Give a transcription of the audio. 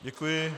Děkuji.